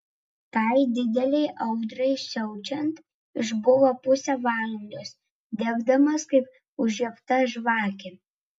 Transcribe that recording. tai didelei audrai siaučiant išbuvo pusę valandos degdamas kaip užžiebta žvakė